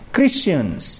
Christians